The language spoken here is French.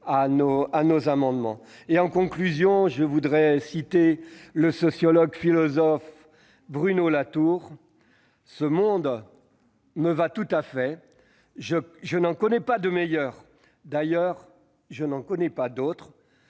à nos amendements. En conclusion, je citerai le sociologue philosophe Bruno Latour :« Ce monde me va tout à fait, je n'en connais pas de meilleur ; d'ailleurs, je n'en ai pas d'autre.